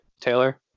Taylor